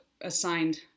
assigned